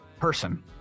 person